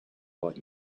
what